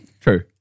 True